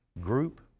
group